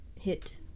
hit